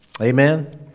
Amen